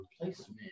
replacement